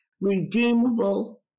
redeemable